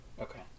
okay